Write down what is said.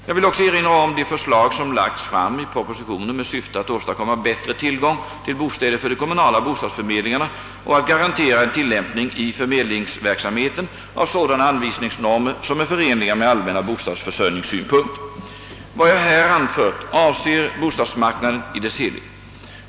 Jag vill också erinra om de försiag som lagts fram i propositionen med syfte att åstadkomma bättre tillgång till bostäder för de kommunala bostadsförmedlingarna och att garantera en tilllämpning i förmedlingsverksamheten av sådana anvisningsnormer som är förenliga med allmänna bostadsförsörjningssynpunkter. Vad jag här anfört avser bostadsmarknaden i dess helhet.